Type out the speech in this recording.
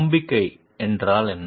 நம்பிக்கை என்றால் என்ன